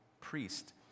priest